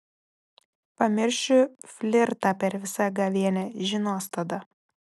pamiršiu flirtą per visą gavėnią žinos tada